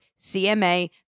CMA